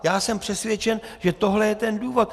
Já jsem přesvědčen, že tohle je ten důvod.